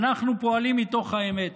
אנחנו פועלים מתוך האמת,